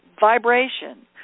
vibration